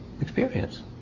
experience